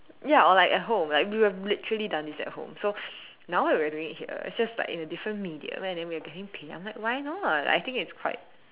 ya or like at home like we've literally done this at home so now that we're doing it here it's just like in a different medium and then we are getting paid I'm like why not I think it's quite